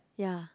ya